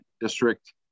district